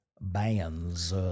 bands